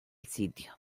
sitio